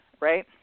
right